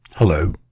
Hello